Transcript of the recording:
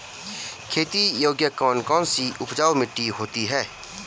खेती योग्य कौन कौन सी उपजाऊ मिट्टी होती है?